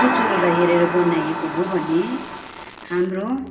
चुचुरोलाई हेरेर बनाइएको हो भने हाम्रो